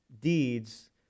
deeds